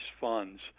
funds